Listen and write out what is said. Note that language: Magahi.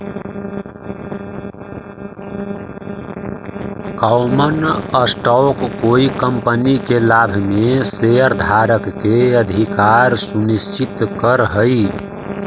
कॉमन स्टॉक कोई कंपनी के लाभ में शेयरधारक के अधिकार सुनिश्चित करऽ हई